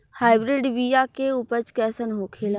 Hybrid बीया के उपज कैसन होखे ला?